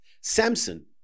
Samson